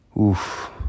Oof